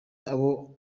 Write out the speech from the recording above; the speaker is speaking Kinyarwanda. abo